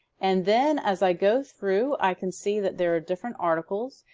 and then as i go through i can see that there are different articles.